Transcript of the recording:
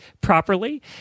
properly